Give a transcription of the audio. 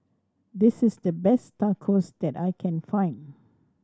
this is the best Tacos that I can find